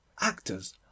Actors